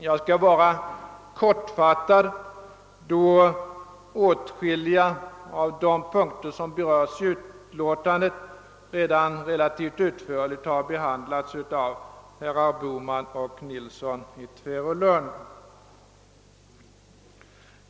Jag skall göra det kortfattat, då åtskilliga av de punkter som berörs i utlåtandet redan relativt utförligt har behandlats av herrar Bohman och Nilsson i Tvärålund.